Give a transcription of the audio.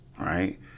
right